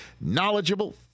knowledgeable